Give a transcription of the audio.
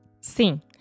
Sim